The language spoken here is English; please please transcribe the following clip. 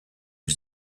was